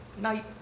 night